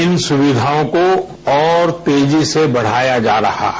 इन सुविधाओं को और तेजी से बढ़ाया जा रहा है